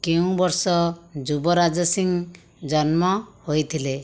କେଉଁ ବର୍ଷ ଯୁବରାଜ ସିଂ ଜନ୍ମ ହୋଇଥିଲେ